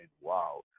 wow